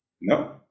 no